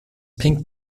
pink